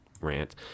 rant